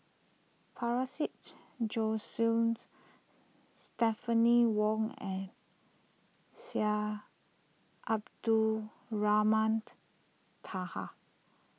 para seeds Stephanie Wong and Syed Abdulrahman Taha